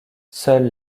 seules